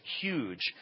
huge